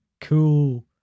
cool